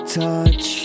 touch